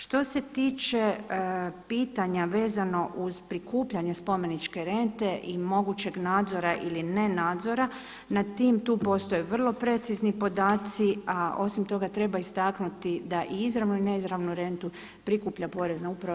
Što se tiče pitanja vezano uz prikupljanje spomeničke rente i mogućeg nadzora ili ne nadzora nad tim tu postoje vrlo precizni podatci, a osim toga treba istaknuti da i izravnu i neizravnu rentu prikuplja Porezna uprava.